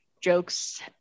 jokes